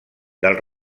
del